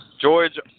George